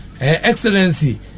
Excellency